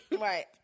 Right